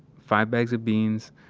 five bags of beans,